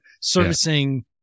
servicing